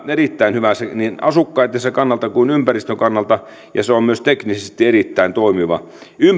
erittäin hyvä niin asukkaittensa kannalta kuin ympäristön kannalta ja se on myös teknisesti erittäin toimiva